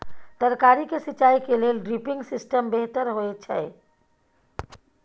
तरकारी के सिंचाई के लेल ड्रिपिंग सिस्टम बेहतर होए छै?